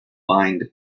bind